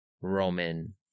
Roman